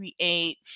create